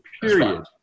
period